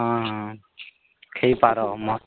ହଁ ହଁ ହେଇ ପାର ମସ୍ତ୍